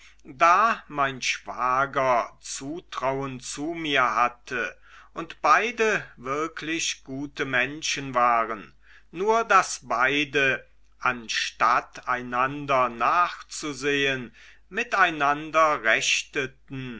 da mein schwager zutrauen zu mir hatte und beide wirklich gute menschen waren nur daß beide anstatt einander nachzusehen miteinander rechteten